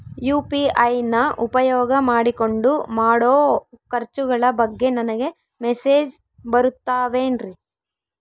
UPI ನ ಉಪಯೋಗ ಮಾಡಿಕೊಂಡು ಮಾಡೋ ಖರ್ಚುಗಳ ಬಗ್ಗೆ ನನಗೆ ಮೆಸೇಜ್ ಬರುತ್ತಾವೇನ್ರಿ?